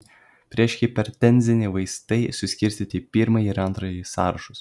priešhipertenziniai vaistai suskirstyti į pirmąjį ir antrąjį sąrašus